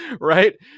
right